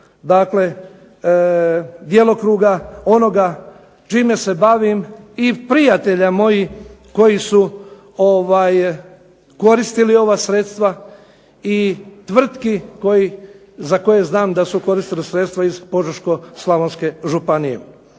to ih djelokruga onoga čime se bavim i prijatelja mojih koji su koristili ova sredstva i tvrtki za koje znam da su koristili sredstva iz Požeško-slavonske županije.